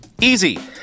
Easy